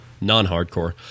non-hardcore